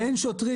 אין שוטרים.